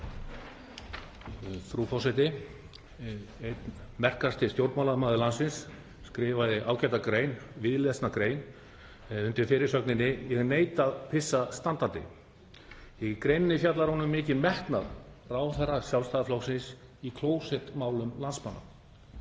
Frú forseti. Einn merkasti stjórnmálamaður landsins skrifaði ágæta grein, víðlesna grein, undir fyrirsögninni: Ég neita að pissa standandi. Í greininni fjallar hún um mikinn metnað ráðherra Sjálfstæðisflokksins í klósettmálum landsmanna.